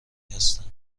هستند